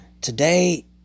today